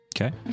okay